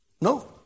No